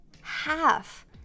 Half